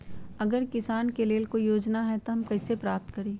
अगर किसान के लेल कोई योजना है त हम कईसे प्राप्त करी?